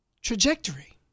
trajectory